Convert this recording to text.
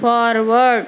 forward